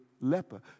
leper